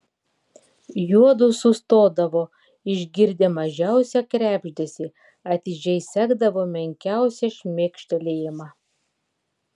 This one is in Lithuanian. juodu sustodavo išgirdę mažiausią krebždesį atidžiai sekdavo menkiausią šmėkštelėjimą